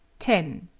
ten.